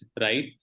right